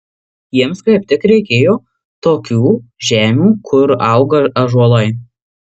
jiems kaip tik reikėjo tokių žemių kur auga ąžuolai